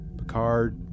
Picard